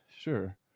Sure